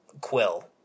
quill